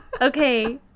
Okay